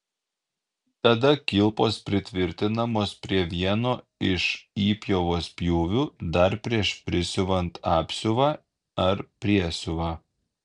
tada kilpos pritvirtinamos prie vieno iš įpjovos pjūvių dar prieš prisiuvant apsiuvą ar priesiuvą